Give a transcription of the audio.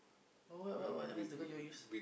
oh what what what's the gun you all use